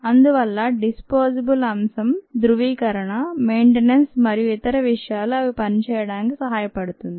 అందువల్ల డిస్పోజబుల్ అంశం ధ్రువీకరణ మెయింటెనెన్స్ మరియు ఇతర విషయాలు అవి పనిచేయడానికి సహాయపడుతుంది